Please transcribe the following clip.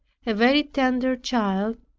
a very tender child,